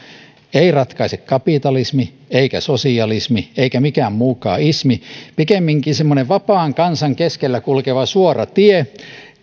ei ratkaise kapitalismi eikä sosialismi eikä mikään mukaan ismi pikemminkin semmoinen vapaan kansan keskellä kulkeva suora tie